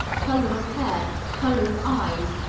color of hair, color of eyes,